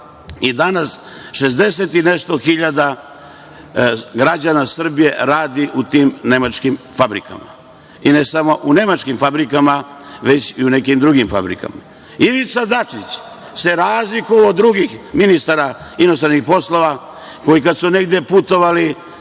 i nešto hiljada građana Srbije radi u tim nemačkim fabrikama. I ne samo u nemačkim fabrikama, već i u nekim drugim fabrikama. Ivica Dačić se razlikovao od drugih ministara inostranih poslova koji su kad su negde putovali